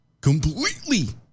completely